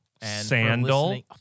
Sandal